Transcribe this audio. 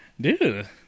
Dude